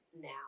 now